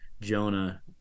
jonah